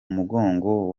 mugongo